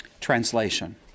Translation